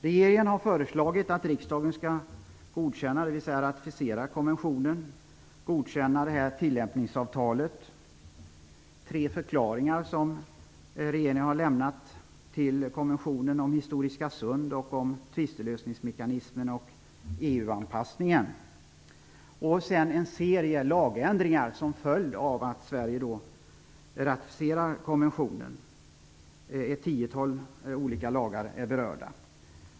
Regeringen har föreslagit att riksdagen skall godkänna, dvs. ratificera konventionen, godkänna tillämpningsavtalet med de tre förklaringar som regeringen har lämnat till konventionen om historiska sund, tvistlösningsmekanismen och EU-anpassningen samt en serie lagändringar till följd av att Sverige ratificerar konventionen. Ett tiotal olika lagar är berörda.